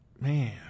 man